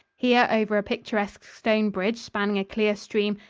here over a picturesque stone bridge spanning a clear stream,